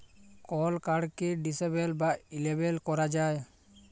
call কাড়কে disable বা enable ক্যরা যায়